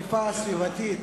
(אכיפה סביבתית,